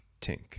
Tink